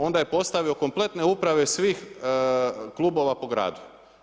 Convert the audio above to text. Onda je postavio kompletne uprave svih klubova po gradu.